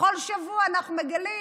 בכל שבוע אנחנו מגלים